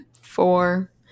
Four